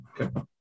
Okay